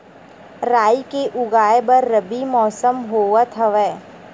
राई के उगाए बर रबी मौसम होवत हवय?